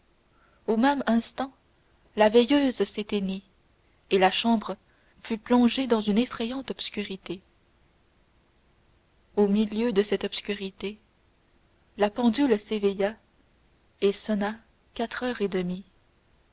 au même instant la veilleuse s'éteignit et la chambre fut plongée dans une effrayante obscurité au milieu de cette obscurité la pendule s'éveilla et sonna quatre heures et demie